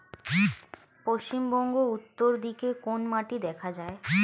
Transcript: পশ্চিমবঙ্গ উত্তর দিকে কোন মাটি দেখা যায়?